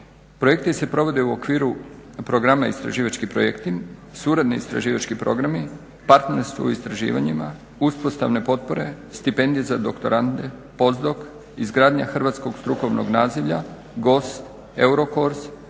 Projekti se provede u okviru Programa istraživačkih projekti, Suradni istraživački programi, Partnerstvo u istraživanjima, Uspostavne potpore, Stipendije za doktorande, Posdoc., Izgradnja hrvatskog strukovnog nazivlja, Gost, Eurocores,